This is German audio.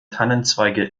tannenzweige